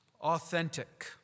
Authentic